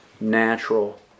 natural